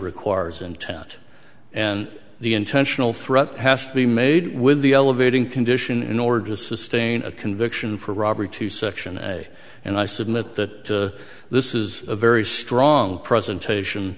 requires intent and the intentional threat has to be made with the elevating condition in order to sustain a conviction for robbery to section and i submit that this is a very strong presentation